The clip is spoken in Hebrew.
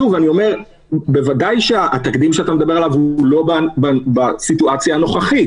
שוב אני אומר שהתקדים שאתה מדבר עליו הוא לא בסיטואציה הנוכחית,